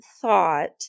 thought